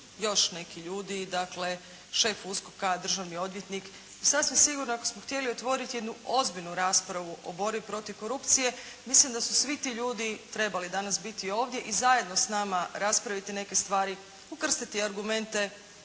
još neki ljudi. Dakle šef USKOK-a, državni odvjetnik. Sasvim sigurno ako smo htjeli otvoriti jednu ozbiljnu raspravu o borbi protiv korupcije mislim da su svi ti ljudi trebali danas biti ovdje i zajedno s nama raspraviti neke stvari. Ukrstiti argumente.